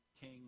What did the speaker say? king